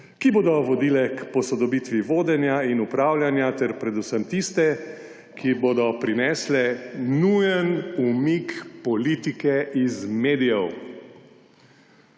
ki bodo vodile k posodobitvi vodenja in upravljanja ter predvsem tiste, ki bodo prinesle nujen umik politike iz medijev.